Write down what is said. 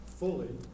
fully